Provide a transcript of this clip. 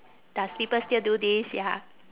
does people still do this ya